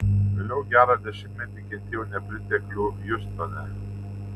vėliau gerą dešimtmetį kentėjau nepriteklių hjustone